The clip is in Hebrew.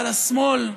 אבל השמאל,